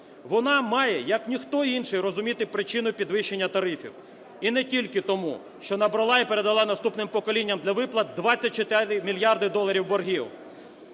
Вона має як ніхто інший розуміти причину підвищення тарифів, і не тільки тому, що набрала і передала наступним поколінням для виплат 24 мільярди доларів боргів.